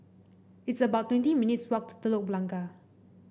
it's about twenty minutes' walk to Telok Blangah